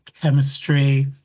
chemistry